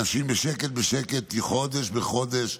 אנשים בשקט בשקט, מחודש לחודש,